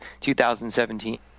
2017